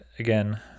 again